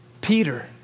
Peter